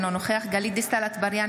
אינו נוכח גלית דיסטל אטבריאן,